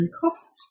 cost